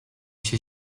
się